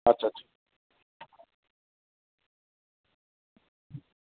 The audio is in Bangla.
আচ্ছা আচ্ছা